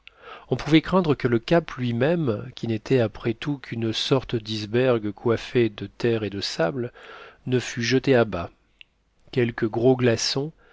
on pouvait craindre que le cap lui-même qui n'était après tout qu'une sorte d'iceberg coiffé de terre et de sable ne fût jeté à bas quelques gros glaçons